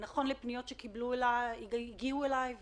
מפניות שהגיעו אליי,